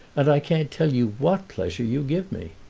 and i can't tell you what pleasure you give me.